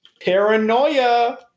Paranoia